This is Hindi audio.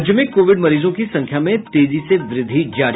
राज्य में कोविड मरीजों की संख्या में तेजी से वृद्धि जारी